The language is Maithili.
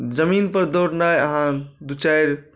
जमीनपर दौड़नाइ अहाँ दू चारि